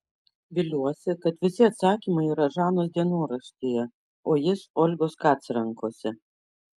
viliuosi kad visi atsakymai yra žanos dienoraštyje o jis olgos kac rankose